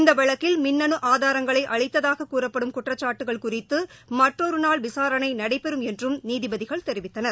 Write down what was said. இந்த வழக்கில் மின்னனு ஆதாரங்களை அழித்ததாக கூறப்படும் குற்றச்சாட்டுகள் குறித்து மற்றொரு நாள் விசாரணை நடைபெறும் என்றும் நீதிபதிகள் தெரிவித்தனர்